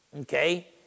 Okay